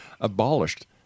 abolished